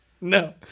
No